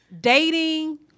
dating